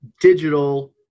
digital